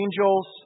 angels